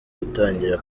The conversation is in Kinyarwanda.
gutangira